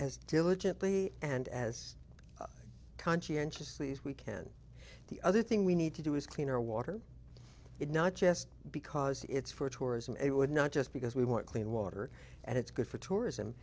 as diligently and as conscientiously as we can the other thing we need to do is clean or water it not just because it's for tourism it would not just because we want clean water and it's good for tourism